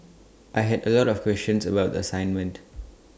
I had A lot of questions about the assignment